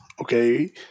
Okay